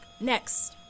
Next